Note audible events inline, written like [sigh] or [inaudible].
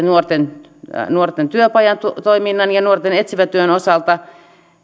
[unintelligible] nuorten nuorten työpajatoiminnan ja nuorten etsivätyön osalta